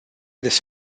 this